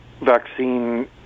vaccine